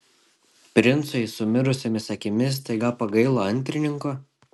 princui su mirusiomis akimis staiga pagailo antrininko